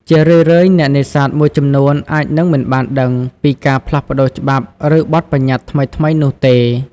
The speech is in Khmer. ជារឿយៗ អ្នកនេសាទមួយចំនួនអាចនឹងមិនបានដឹងពីការផ្លាស់ប្តូរច្បាប់ ឬបទប្បញ្ញត្តិថ្មីៗនោះទេ។